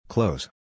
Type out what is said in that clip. Close